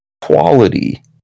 quality